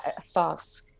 thoughts